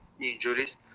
injuries